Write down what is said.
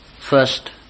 First